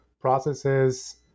processes